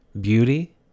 beauty